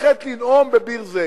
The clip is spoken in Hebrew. ללכת לנאום בביר-זית